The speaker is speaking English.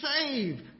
save